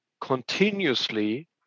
continuously